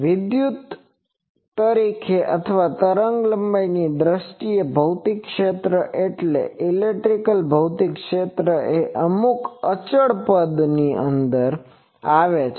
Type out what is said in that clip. વિદ્યુત તરીકે અથવા તરંગલંબાઈની દ્રષ્ટિએ ભૌતિક ક્ષેત્ર એટલે કે ઇલેક્ટ્રિકલ ભૌતિક ક્ષેત્ર એ અમુક અચળ પદમાં આવે છે